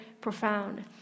profound